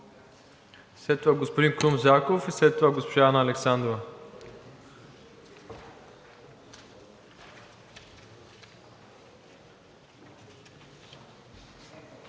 След това господин Крум Зарков и след това госпожа Анна Александрова.